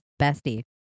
bestie